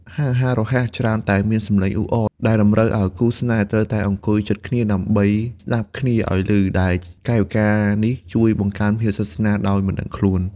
ហាងអាហាររហ័សច្រើនតែមានសំឡេងអ៊ូអរ ដែលតម្រូវឱ្យគូស្នេហ៍ត្រូវអង្គុយជិតគ្នាដើម្បីស្ដាប់គ្នាឱ្យឮ ដែលកាយវិការនេះជួយបង្កើនភាពស្និទ្ធស្នាលដោយមិនដឹងខ្លួន។